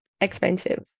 expensive